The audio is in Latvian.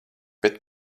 bet